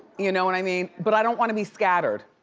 you know what i mean? but i don't want to be scattered.